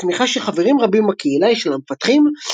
עם התמיכה של חברים רבים בקהילה של המפתחים,